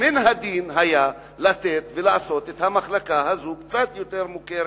ומן הדין היה לתת ולעשות את המחלקה הזאת קצת יותר מוכרת,